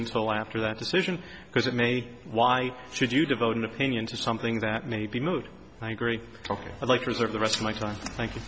until after that decision because it may why should you devote an opinion to something that may be moved by great talking like preserve the rest of my time